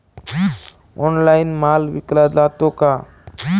Online माल विकला जातो का?